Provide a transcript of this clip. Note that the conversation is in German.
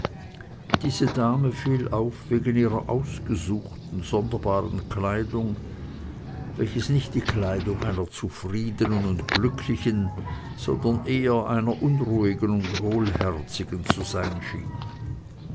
diese dame fiel auf wegen ihrer ausgesuchten sonderbaren kleidung welches nicht die kleidung einer zufriedenen und glücklichen sondern eher einer unruhigen und hohlherzigen zu sein schien